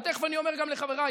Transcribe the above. ותכף אני אומר גם לחבריי,